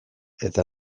eta